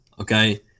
okay